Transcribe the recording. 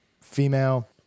female